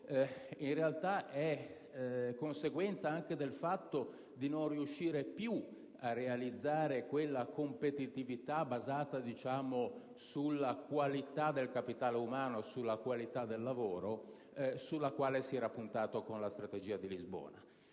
in realtà è conseguenza anche del fatto di non riuscire più a realizzare quella competitività basata sulla qualità del capitale umano e del lavoro su cui si era puntato con la Strategia di Lisbona.